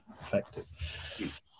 effective